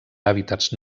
hàbitats